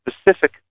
specific